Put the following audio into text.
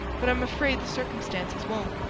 but i'm afraid the circumstances won't.